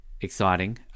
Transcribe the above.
exciting